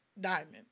Diamond